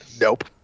Nope